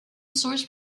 source